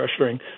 pressuring